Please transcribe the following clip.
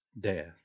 death